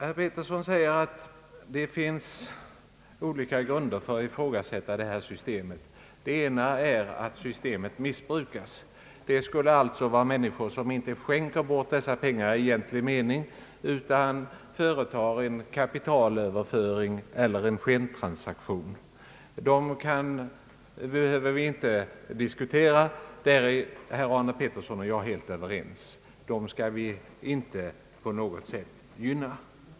Herr Pettersson säger att det finns olika skäl att ifrågasätta avdragsrätten. Ett skäl är att systemet missbrukas. Det är när människor inte skänker bort pengar i egentlig mening utan företar en kapitalöverföring eller en skentransaktion. Dem behöver vi inte diskutera. Där är herr Arne Pettersson och jag helt överens: dessa människor skall vi inte på något sätt gynna.